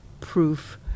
proof